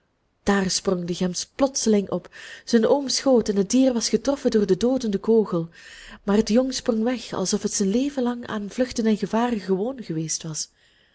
daar sprong de gems plotseling op zijn oom schoot en het dier was getroffen door den doodenden kogel maar het jong sprong weg alsof het zijn leven lang aan vluchten en gevaren gewoon geweest was